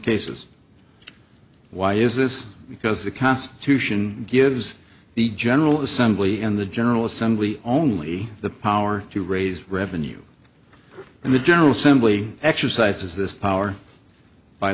cases why is this because the constitution gives the general assembly and the general assembly only the power to raise revenue and the general assembly exercises this power by